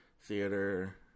theater